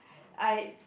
I